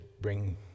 bring